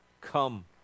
Come